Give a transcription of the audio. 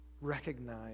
recognize